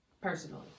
personally